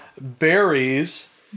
berries